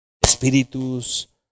espíritus